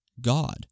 God